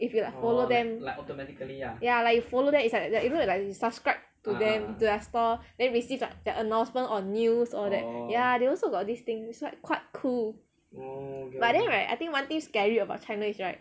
if you like follow them ya like you follow them is like like you know is like subscribe to them to their store then receive like their announcement or their news quite quite cool but then right one thing scary about china is right